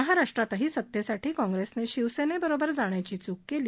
महाराष्ट्रातही सत्तेसाठी काँग्रेसने शिवसेनेबरोबर जाण्याची चूक केली